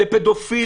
לפדופילים,